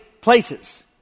places